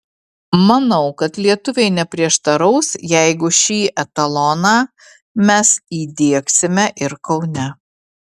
manau kad lietuviai neprieštaraus jeigu šį etaloną mes įdiegsime ir kaune